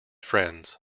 friends